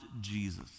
Jesus